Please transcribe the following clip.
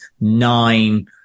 nine